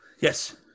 Yes